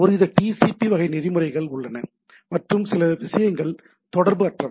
ஒருவித டிசிபி வகை நெறிமுறைகள் உள்ளன மற்றும் சில விஷயங்கள் தொடர்பற்றவை